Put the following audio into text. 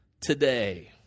today